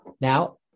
Now